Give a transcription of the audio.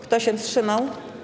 Kto się wstrzymał?